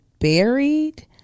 buried